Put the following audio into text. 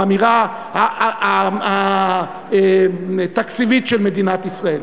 באמירה התקציבית של מדינת ישראל.